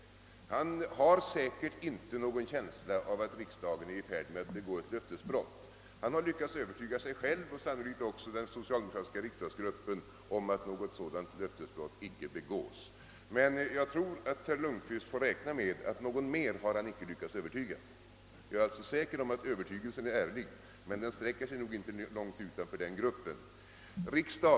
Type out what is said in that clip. Han har säkert inte någon känsla av att riksdagen är i färd med att begå ett löftesbrott. Han har lyckats övertyga sig själv, och sannolikt också den socialdemokratiska riksdagsgruppen, om att något sådant löftesbrott icke begås. Men jag tror att herr Lundkvist får räkna med att någon mer har han icke lyckats övertyga. Jag är också säker på att övertygelsen är ärlig, men den sträcker sig nog inte långt utanför den gruppen.